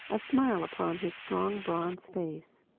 a smile upon his strong, bronzed face.